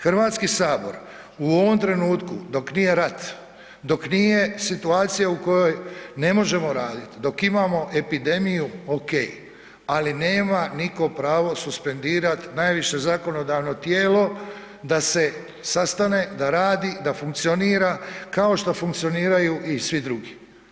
Hrvatski sabor u ovom trenutku dok nije rat, dok nije situacija u kojoj ne možemo radit, dok imamo epidemiju ok, ali nema niko pravo suspendirati najviše zakonodavno tijelo da se sastane, da radi i funkcionira kao što funkcioniraju i svi drugi.